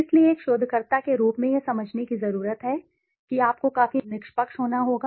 इसलिए एक शोधकर्ता के रूप में यह समझने की जरूरत है कि आपको काफी निष्पक्ष होना होगा